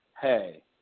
hey